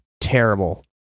terrible